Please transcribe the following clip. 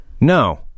No